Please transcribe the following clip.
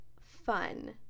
fun